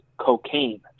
cocaine